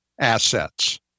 assets